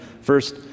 first